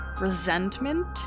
resentment